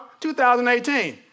2018